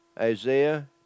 Isaiah